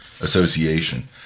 Association